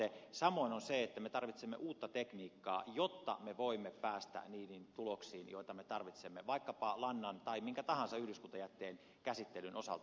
samoin on se että me tarvitsemme uutta tekniikkaa jotta me voimme päästä niihin tuloksiin joita me tarvitsemme vaikkapa lannan tai minkä tahansa yhdyskuntajätteen käsittelyn osalta